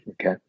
Okay